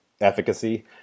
efficacy